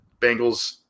Bengals